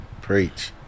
Preach